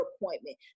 appointment